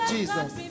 Jesus